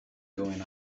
going